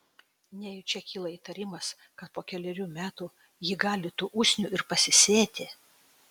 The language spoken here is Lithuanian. nejučia kyla įtarimas kad po kelerių metų ji gali tų usnių ir pasisėti